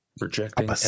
rejecting